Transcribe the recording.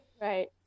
Right